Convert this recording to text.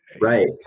Right